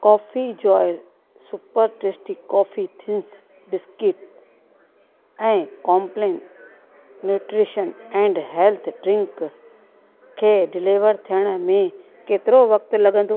coffee Joy super tasty coffee thins biscuit ऐं Complan nutrition and health drink खे deliver थियण में केतिरो वक़्त लॻंदो